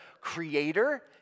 creator